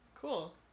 Cool